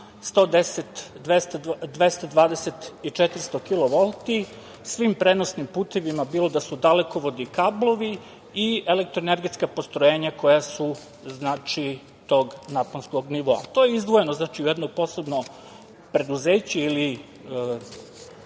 110, 220, 400 kilovolti, svim prenosnim putevima, bilo da su dalekovodi ili kablovi i elektroenergetska postrojenja koja su iz tog naponskog nivoa. To je izdvojeno u jedno posebno preduzeće ili